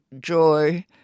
joy